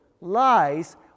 lies